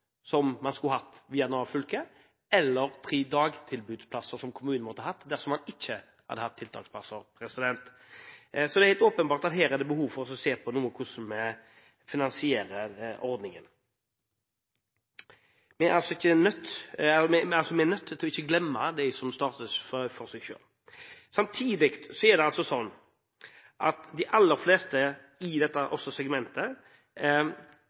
som man skulle hatt via Nav Fylke, eller tre dagtilbudsplasser, som kommunen måtte hatt dersom man ikke hadde hatt tiltaksplasser. Så her er det åpenbart et behov for å se på hvordan vi finansierer ordningen. Vi er altså nødt til ikke å glemme dem som starter for seg selv. Samtidig trenger de aller fleste i dette segmentet